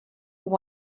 who